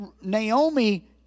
Naomi